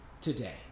today